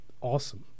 awesome